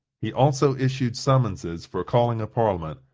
he also issued summonses for calling a parliament,